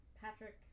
Patrick